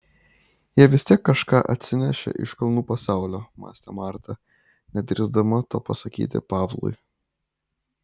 jie vis tiek kažką atsinešė iš kalnų pasaulio mąstė marta nedrįsdama to pasakyti pavlui